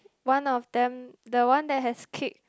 one of them the one that has kicked